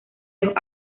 los